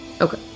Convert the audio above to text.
Okay